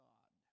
God